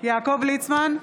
יעקב ליצמן,